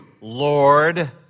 Lord